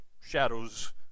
shadows